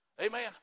Amen